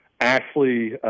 Ashley